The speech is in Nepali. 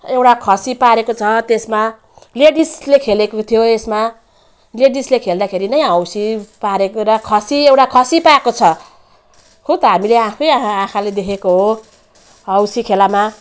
एउटा खसी पारेको छ त्यसमा लेडिसले खेलेको थियो यसमा लेडिसले खेल्दाखेरि नै हौसी पारेको र खसी एउटा खसी पाएको छ हो त हामीले आफै आँ आँखाले देखेको हो हौसी खेलामा